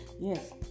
Yes